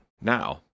now